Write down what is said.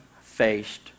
faced